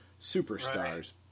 superstars